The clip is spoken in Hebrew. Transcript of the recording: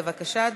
בבקשה,